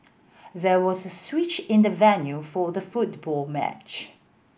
there was a switch in the venue for the football match